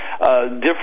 different